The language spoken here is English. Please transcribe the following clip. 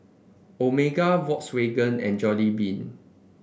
Omega Volkswagen and Jollibean